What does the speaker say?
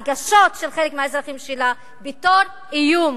הרגשות של חלק מהאזרחים שלה בתור איום.